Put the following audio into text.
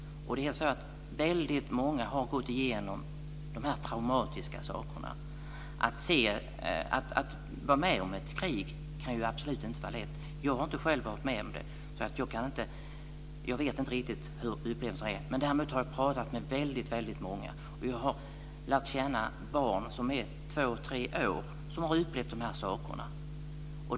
Väldigt många har gått igenom traumatiska saker. Det kan absolut inte vara lätt att vara med om ett krig. Jag har inte själv inte varit med om det. Jag vet inte riktigt hur man upplever det. Däremot har jag pratat med väldigt många. Jag har lärt känna barn på 2-3 år som har upplevt de här sakerna.